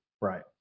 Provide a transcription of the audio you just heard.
Right